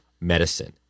medicine